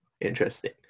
interesting